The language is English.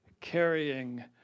carrying